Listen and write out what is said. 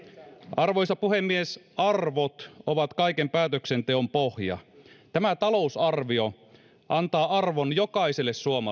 arvoisa puhemies arvot ovat kaiken päätöksenteon pohja tämä talousarvio antaa arvon jokaiselle suomalaiselle